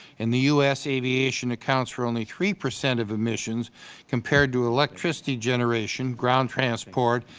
in the u s. aviation accounts for only three percent of emissions compared to electricity generation, ground transport,